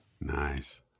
Nice